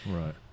Right